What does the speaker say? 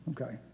Okay